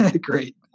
Great